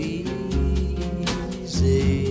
easy